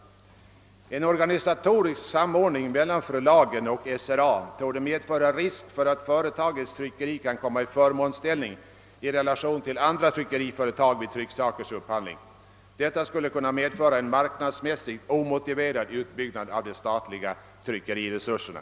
En organisatorisk samordning mellan förlaget och SRA torde medföra risk för att företagets tryckeri kan komma i förmånsställning i relation till andra tryckeriföretag vid trycksakers upphandling. Detta skulle medföra en marknadsmässigt omotiverad utbyggnad av de statliga tryckeriresurserna.